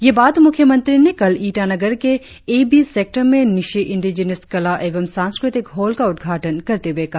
ये बात मुख्य मंत्री ने कल ईटानगर के ए बी सेक्टर में न्यीशी इंडिजिनश कला एवं सांस्कृतिक हॉल का उद्घाटन करते हुए कहा